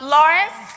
Lawrence